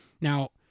Now